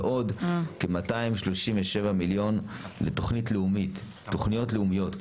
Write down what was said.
ועוד כ-237 מיליון לתוכניות לאומיות,